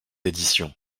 édition